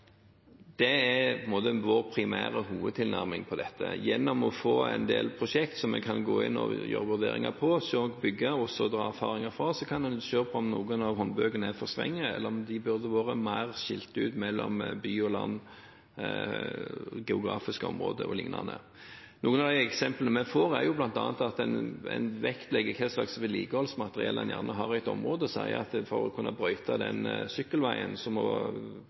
Det er på en måte vår primære hovedtilnærming på dette. Gjennom å få en del prosjekt som vi kan gå inn og gjøre vurderinger på, bygge og så dra erfaringer fra, så kan en se på om noen av håndbøkene er for strenge eller om de burde vært mer skilt ut mellom by og land, geografiske områder o.l. Noen av de eksemplene vi får, er bl.a. at en vektlegger hva slags vedlikeholdsmateriell en gjerne har i et område, sier at for å kunne brøyte den sykkelveien, så må